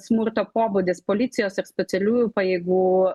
smurto pobūdis policijos ir specialiųjų pajėgų